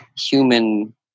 human